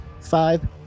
Five